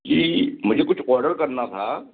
ये मेंने कुछ औडर करना था